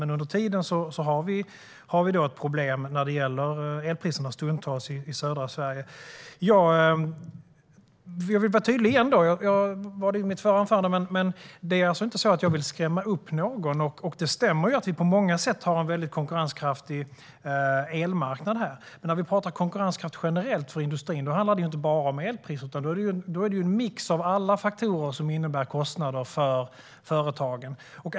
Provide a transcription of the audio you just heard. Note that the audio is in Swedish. Men under tiden har vi stundtals problem med elpriserna i södra Sverige. Jag var tydlig i mitt förra anförande, och jag vill vara tydlig igen: Det är inte så att jag vill skrämma upp någon. Det stämmer att vi på många sätt har en väldigt konkurrenskraftig elmarknad. Men när vi pratar konkurrenskraft generellt för industrin handlar det inte bara om elpriser, utan om en mix av alla faktorer som innebär kostnader för företagen.